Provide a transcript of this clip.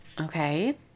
Okay